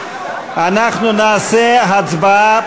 אנחנו נעשה הצבעה,